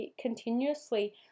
continuously